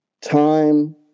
Time